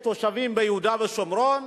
כל עוד יש תושבים ביהודה ושומרון,